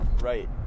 Right